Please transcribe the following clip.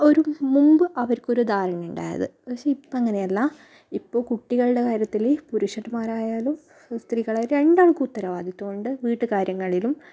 അവർ മുമ്പ് അവർക്ക് ഒരു ധാരണ ഉണ്ടായത് പക്ഷേ ഇപ്പം അങ്ങനെയല്ല ഇപ്പോൾ കുട്ടികളുടെ കാര്യത്തിൽ പുരുഷന്മാരായാലും സ്ത്രീകളായാലും രണ്ടാൾക്കും ഉത്തരവാദിത്വമുണ്ട് വീട്ട് കാര്യങ്ങളിലും